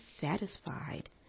satisfied